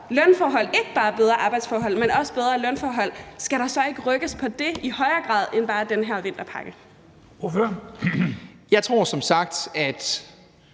lønforhold – ikke bare bedre arbejdsforhold, men også bedre lønforhold – skal der så ikke rykkes på det i højere grad end bare i form af den her vinterpakke? Kl. 09:58 Formanden